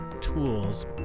tools